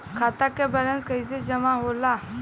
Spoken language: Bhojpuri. खाता के वैंलेस कइसे जमा होला?